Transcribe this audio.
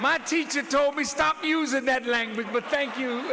my teacher told me stop using bad language but thank you